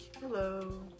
Hello